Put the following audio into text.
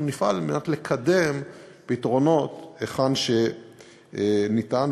אנחנו נפעל לקדם פתרונות היכן שאפשר,